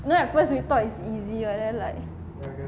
you know at first we thought it's easy then like